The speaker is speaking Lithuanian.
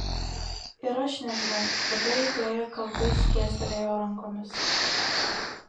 ir aš nežinau dabar jau fėja kaltai skėstelėjo rankomis